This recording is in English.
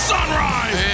Sunrise